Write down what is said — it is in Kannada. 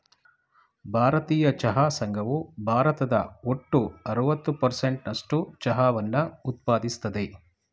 ಭಾರತೀಯ ಚಹಾ ಸಂಘವು ಭಾರತದ ಒಟ್ಟು ಅರವತ್ತು ಪರ್ಸೆಂಟ್ ನಸ್ಟು ಚಹಾವನ್ನ ಉತ್ಪಾದಿಸ್ತದೆ